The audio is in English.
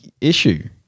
issue